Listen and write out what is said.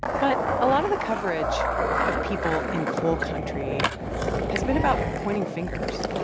but a lot of the coverage of people in coal country has been about pointing fingers.